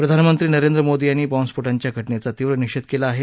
प्रधानमंत्री नरेंद्र मोदी यांनी बॉम्बस्फोटांच्या घटनेचा तीव्र निषेध केला आहे